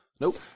Nope